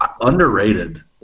underrated